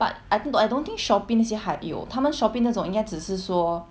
but I think I don't think Shopee 那些还有他们 Shopee 那种应该只是说